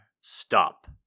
Stop